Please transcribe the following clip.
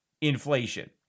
inflation